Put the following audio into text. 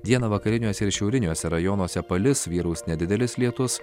dieną vakariniuose ir šiauriniuose rajonuose palis vyraus nedidelis lietus